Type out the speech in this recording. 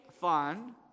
fun